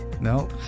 No